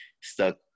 stuck